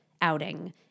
outing